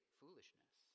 foolishness